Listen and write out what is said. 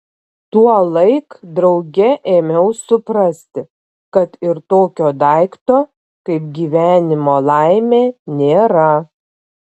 tuolaik drauge ėmiau suprasti kad ir tokio daikto kaip gyvenimo laimė nėra